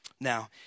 Now